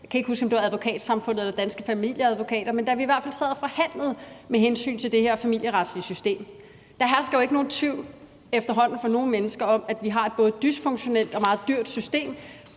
Jeg kan ikke huske, om det var Advokatsamfundet eller Danske Familieadvokater, der gjorde det, men det var i hvert fald, da vi sad og forhandlede om det her familieretslige system. Der hersker jo efterhånden ikke nogen tvivl for nogen mennesker om, at vi har et både dysfunktionelt og meget dyrt system,